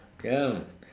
ya